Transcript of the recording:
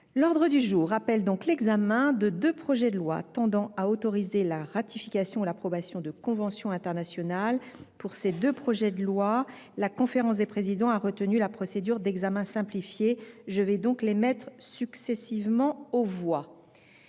L’ordre du jour appelle l’examen de deux projets de loi tendant à autoriser la ratification ou l’approbation de conventions internationales. Pour ces deux projets de loi, la conférence des présidents a retenu la procédure d’examen simplifié. Je vais donc les mettre successivement aux voix.